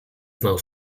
znał